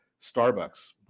starbucks